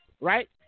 right